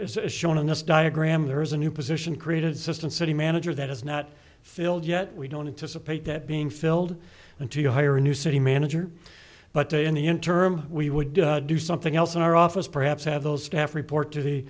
it's shown in this diagram there is a new position created system city manager that is not filled yet we don't anticipate that being filled until you hire a new city manager but they in the in term we would do something else in our office perhaps have those staff report to the